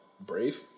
Brave